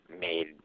made